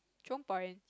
Jurong Point